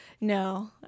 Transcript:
No